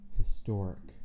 historic